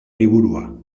liburua